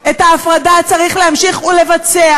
את ההפרדה צריך להמשיך ולבצע.